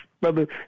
brother